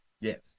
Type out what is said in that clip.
Yes